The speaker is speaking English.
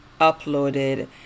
uploaded